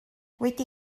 wedi